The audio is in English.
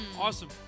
awesome